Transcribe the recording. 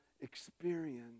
experience